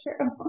true